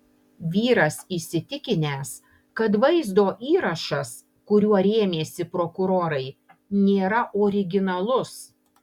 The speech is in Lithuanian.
vyras įsitikinęs kad vaizdo įrašas kuriuo rėmėsi prokurorai nėra originalus